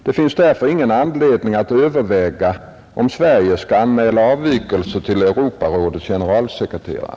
Det finns därför ingen anledning att överväga om Sverige skall anmäla avvikelser till Europarådets generalsekreterare.